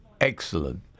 Excellent